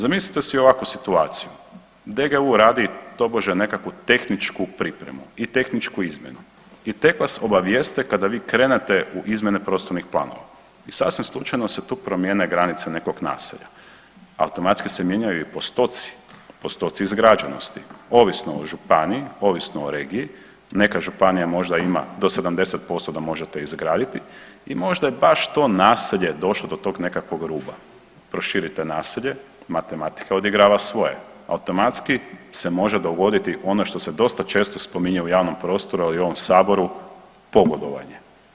Zamislite si ovakvu situaciju, DGU radi tobože nekakvu tehničku pripremu i tehničku izmjenu i tek vas obavijeste kada vi krenete u izmjene prostornih planova i sasvim slučajno se tu promijene granice nekog naselja, automatski se mijenjaju i postoci, postoci izgrađenosti ovisno o županiji, ovisno o regiji, neka županija možda ima do 70% da možete izgraditi i možda je baš to naselje došlo do tog nekakvog ruba, proširite naselje, matematika odigrava svoje, automatski se može dogoditi ono što se dosta često spominje u javnom prostoru, ali i u ovom saboru, pogodovanje.